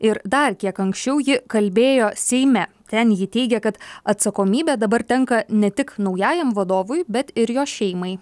ir dar kiek anksčiau ji kalbėjo seime ten ji teigia kad atsakomybė dabar tenka ne tik naujajam vadovui bet ir jo šeimai